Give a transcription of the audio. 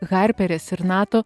harperės ir nato